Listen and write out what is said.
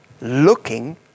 looking